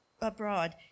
abroad